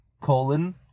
colon